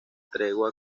tregua